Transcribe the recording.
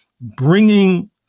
bringing